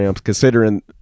considering